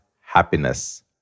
happiness